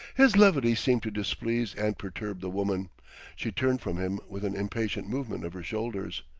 his levity seemed to displease and perturb the woman she turned from him with an impatient movement of her shoulders.